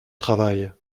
travail